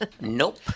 nope